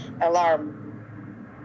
alarm